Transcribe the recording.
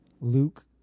Luke